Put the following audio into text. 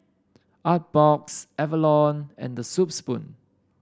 Artbox Avalon and The Soup Spoon